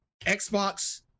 Xbox